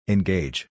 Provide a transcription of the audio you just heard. Engage